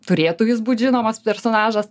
turėtų būt žinomas personažas